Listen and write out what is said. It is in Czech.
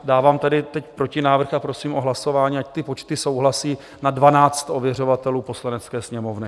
Dávám tady teď protinávrh a prosím o hlasování, ať ty počty souhlasí na 12 ověřovatelů Poslanecké sněmovny.